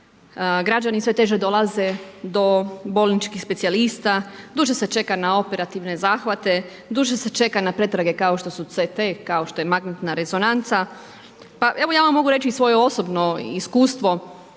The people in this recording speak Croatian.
građani sve teže dolaze do bolničkih specijalista, duže se čeka na operativne zahvate, duže se čeka na pretrage kao što su CT, kao što je magnetna rezonanca. Pa evo, ja vam mogu reći i svoje osobno iskustvo,